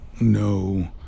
No